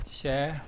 share